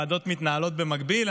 ועדות מתנהלות במקביל,